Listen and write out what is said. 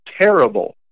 terrible